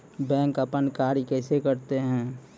Bank अपन कार्य कैसे करते है?